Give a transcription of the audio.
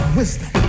wisdom